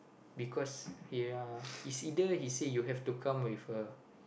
because he ah is either he say you have to come with her